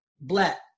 Black